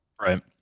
Right